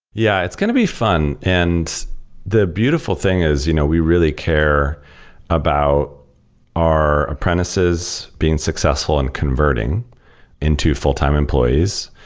yeah it's going to be fun, and the beautiful thing is you know we really care about our apprentices being successful in converting into full-time employees,